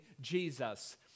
Jesus